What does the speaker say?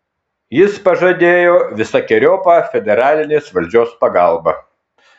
jis pažadėjo visokeriopą federalinės valdžios pagalbą